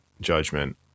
judgment